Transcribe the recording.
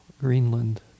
Greenland